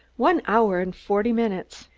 one hour and forty minutes!